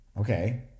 Okay